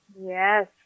Yes